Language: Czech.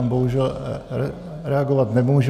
Bohužel reagovat nemůžu.